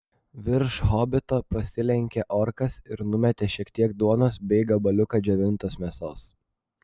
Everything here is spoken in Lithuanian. virš hobito pasilenkė orkas ir numetė šiek tiek duonos bei gabaliuką džiovintos mėsos